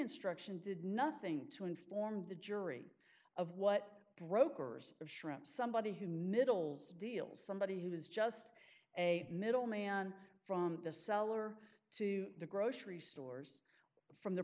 instruction did nothing to inform the jury of what brokers of shrimp somebody who middles deals somebody who is just a middleman from the seller to the grocery store from the